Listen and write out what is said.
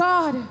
God